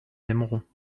aimeront